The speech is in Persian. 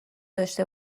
داشته